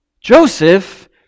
Joseph